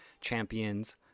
champions